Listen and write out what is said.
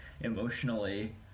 emotionally